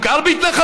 הוא גר בהתנחלות,